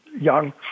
young